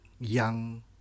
young